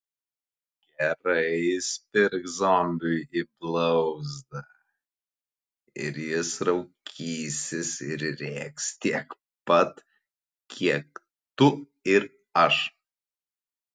gerai įspirk zombiui į blauzdą ir jis raukysis ir rėks tiek pat kiek tu ar aš